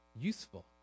useful